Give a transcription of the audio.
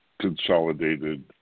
consolidated